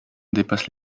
dépassent